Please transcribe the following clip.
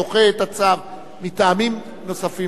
או דוחה את הצו מטעמים נוספים,